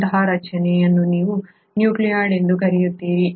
ಅಂತಹ ರಚನೆಯನ್ನು ನೀವು ನ್ಯೂಕ್ಲಿಯಾಯ್ಡ್ ಎಂದು ಕರೆಯುತ್ತೀರಿ